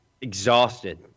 exhausted